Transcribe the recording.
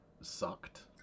sucked